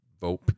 Vote